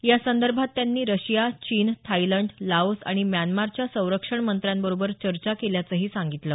यासंदर्भात त्यांनी रशिया चीन थायलंड लाओस आणि म्यानमारच्या संरक्षणमंत्र्यांबरोबर चर्चा केल्याचंही सांगितलं